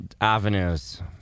avenues